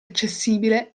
accessibile